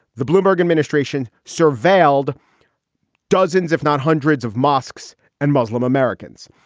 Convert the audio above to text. the bloomberg administration surveilled dozens, if not hundreds of mosques and muslim americans.